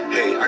Hey